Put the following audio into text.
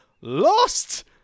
Lost